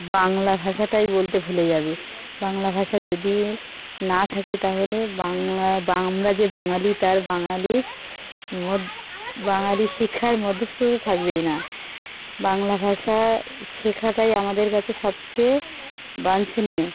বাংলা ভাষাটাই বলতে ভুলে যাবে বাংলা ভাষা যদি না থাকে তাহলে বাংলা বা আমরা যে বাঙালি তার বাঙালির বাঙালি শিক্ষার মধ্যস্থতা থাকবেই না বাংলা ভাষা শেখাটাই আমাদের কাছে সবচেয়ে বাঞ্ছনীয়